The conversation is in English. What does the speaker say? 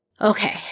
Okay